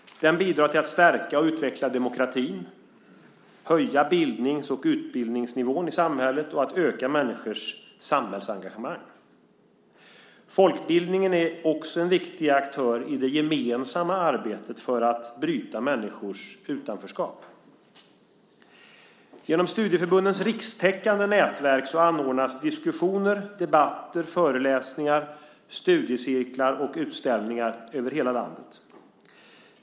Den bidrar till att stärka och utveckla demokratin, höja bildnings och utbildningsnivån i samhället och öka människors samhällsengagemang. Folkbildningen är också en viktig aktör i det gemensamma arbetet med att bryta människors utanförskap. Genom studieförbundens rikstäckande nätverk anordnas diskussioner, debatter, föreläsningar, studiecirklar och utställningar över hela landet.